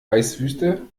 eiswüste